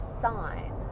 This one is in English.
sign